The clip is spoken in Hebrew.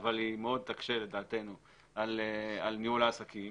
אבל היא מאוד תקשה לדעתנו על ניהול העסקים